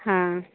हाँ